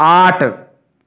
आट